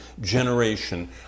generation